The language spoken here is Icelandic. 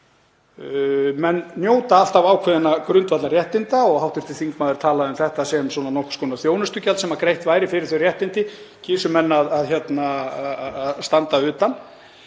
Menn njóta alltaf ákveðinna grundvallarréttinda. Hv. þingmaður talaði um þetta sem nokkurs konar þjónustugjald sem greitt væri fyrir þau réttindi, kysu menn að standa utan